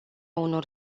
unor